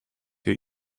jej